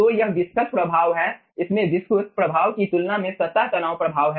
तो यह विस्कस प्रभाव है इसमें विस्कुस प्रभाव की तुलना में सतह तनाव प्रभाव है